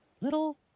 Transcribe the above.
little